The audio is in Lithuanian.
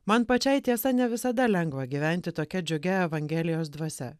man pačiai tiesa ne visada lengva gyventi tokia džiugia evangelijos dvasia